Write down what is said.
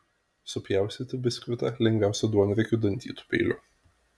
supjaustyti biskvitą lengviausia duonriekiu dantytu peiliu